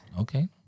Okay